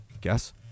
guess